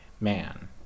Man